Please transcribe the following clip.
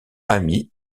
ami